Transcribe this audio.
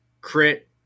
crit